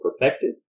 perfected